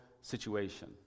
situation